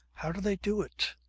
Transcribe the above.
how do they do it?